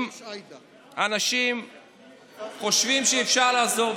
אם אנשים חושבים שאפשר לעזור,